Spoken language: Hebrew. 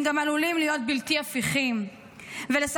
הם גם עלולים להיות בלתי הפיכים ולסכן